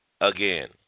again